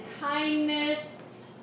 kindness